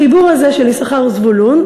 החיבור הזה של יששכר וזבולון,